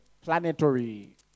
planetary